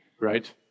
Right